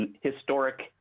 historic